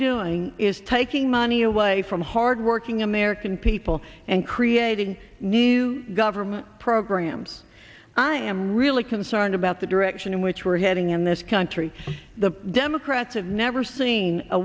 doing is taking money away from hardworking american people and creating new government programs i am really concerned about the direction in which we're heading in this country the democrats have never seen a